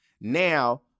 now